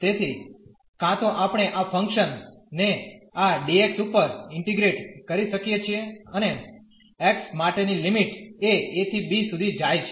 તેથી કાં તો આપણે આ ફંક્શન ને આ dx ઉપર ઇન્ટીગ્રેટ કરી શકીએ છીએ અને x માટેની લિમિટ એ a ¿ b સુધી જાય છે